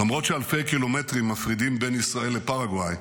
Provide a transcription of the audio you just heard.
למרות שאלפי קילומטרים מפרידים בין ישראל לפרגוואי,